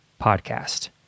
podcast